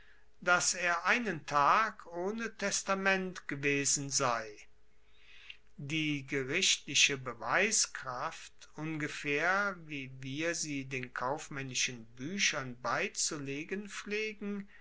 dass er einen tag ohne testament gewesen sei die gerichtliche beweiskraft ungefaehr wie wir sie den kaufmaennischen buechern beizulegen pflegen